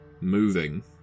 moving